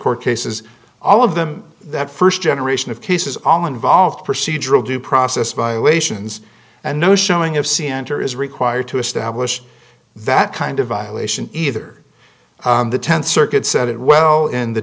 court cases all of them that st generation of cases all involve procedural due process violations and no showing of c enter is required to establish that kind of violation either the th circuit said it well in the